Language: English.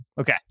Okay